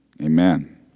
amen